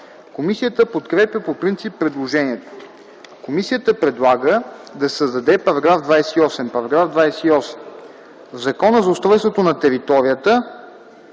Комисията подкрепя по принцип предложението. Комисията предлага да се създаде § 28: „§ 28. В Закона за устройство на територията